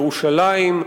ירושלים,